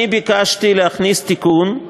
אני ביקשתי להכניס תיקון,